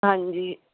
ਹਾਂਜੀ